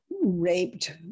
raped